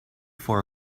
for